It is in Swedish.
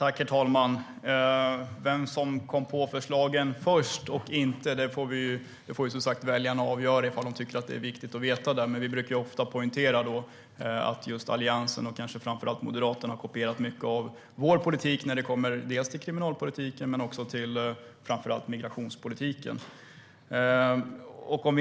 Fru talman! Vem som kom på förslagen först är väl något som väljarna får avgöra om de tycker att det är viktigt att veta. Vi brukar ofta poängtera att Alliansen och kanske framför allt Moderaterna har kopierat mycket av vår politik. Det gäller kriminalpolitik och särskilt migrationspolitik.